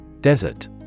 Desert